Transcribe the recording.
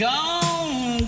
Gone